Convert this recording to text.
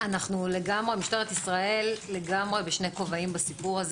משטרת ישראל לגמרי בשני כובעים בסיפור.